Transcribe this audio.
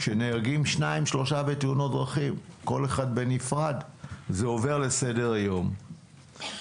כשנהרגים שניים-שלושה בתאונות דרכים זה עובר לסדר היום.